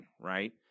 Right